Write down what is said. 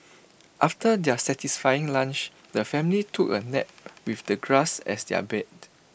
after their satisfying lunch the family took A nap with the grass as their bed